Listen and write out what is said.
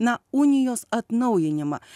na unijos atnaujinimą